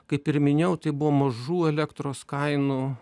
kaip ir minėjau tai buvo mažų elektros kainų